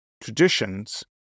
traditions